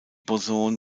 boson